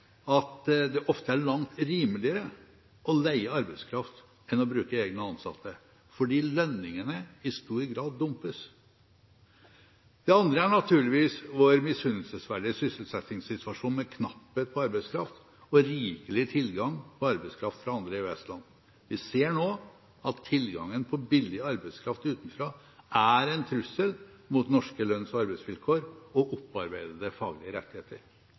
at det ofte er langt rimeligere å leie arbeidskraft enn å bruke egne ansatte, fordi lønningene i stor grad dumpes. Den andre er naturligvis vår misunnelsesverdige sysselsettingssituasjon med knapphet på arbeidskraft og rikelig tilgang på arbeidskraft fra andre EØS-land. Vi ser nå at tilgangen på billig arbeidskraft utenfra er en trussel mot norske lønns- og arbeidsvilkår og opparbeidede faglige rettigheter.